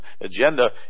agenda